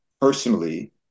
personally